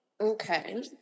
Okay